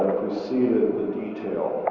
see that the detail